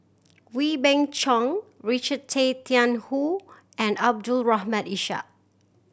Wee Beng Chong Richard Tay Tian Hoe and Abdul Rahim Ishak